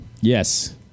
Yes